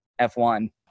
F1